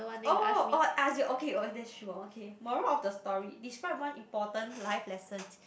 oh oh ask you okay oh that's true hor okay moral of story describe one important life lesson